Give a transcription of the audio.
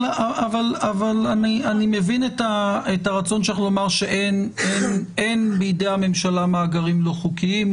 אני מבין את הרצון שלך לומר שאין בידי הממשלה מאגרים לא חוקיים.